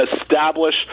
establish